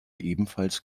ebenfalls